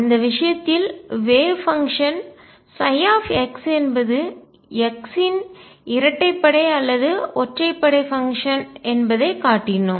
அந்த விஷயத்தில் wave function அலை செயல்பாடுψஎன்பது x இன் இரட்டைப்படை அல்லது ஒற்றைப்படை பங்ஷன் என்பதைக் காட்டினோம்